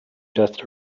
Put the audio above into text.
just